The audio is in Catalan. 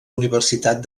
universitat